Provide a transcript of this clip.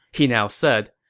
he now said,